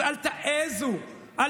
אז אל תעזו, אל